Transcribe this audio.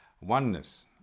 oneness